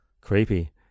Creepy